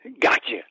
gotcha